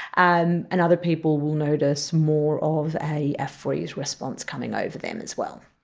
and and other people will notice more of a freeze response coming over them as well.